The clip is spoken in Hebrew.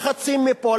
לחצים מפה,